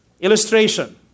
illustration